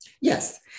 Yes